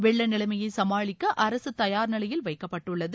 வெள்ள நிலைமையை சமாளிக்க அரசு தயார் நிலையில் வைக்கப்பட்டுள்ளது